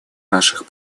наших